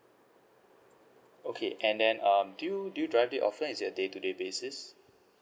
okay and then um do you do you drive it often is it a day to day basis